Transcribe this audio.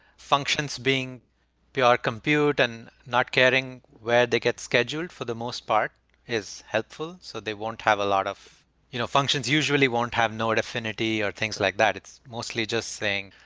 functions being pr ah compute and not caring where they get scheduled for the most part is helpful, so they won't have a lot of you know functions usually won't have node affinity or things like that. it's mostly just saying,